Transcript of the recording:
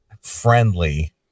friendly